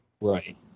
Right